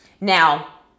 Now